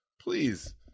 please